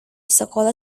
sekolah